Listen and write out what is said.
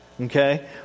Okay